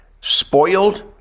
spoiled